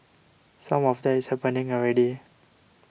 some of that is happening already